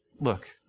look